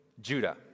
Judah